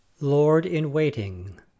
lord-in-waiting